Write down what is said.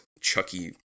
Chucky